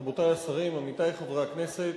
רבותי השרים, עמיתי חברי הכנסת,